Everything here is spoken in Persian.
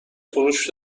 فروش